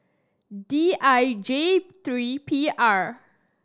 D I J three P R